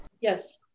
Yes